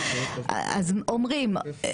אז אומרים,